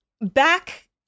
back